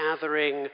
gathering